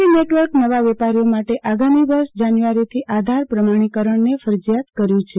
ટીના network નવા વેપારીઓ માટે આગામી વર્ષે જાન્યુઆરીથી આધાર પ્રમાણીકરણને ફરજીયાત કર્યું છે